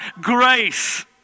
grace